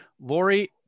Lori